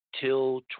till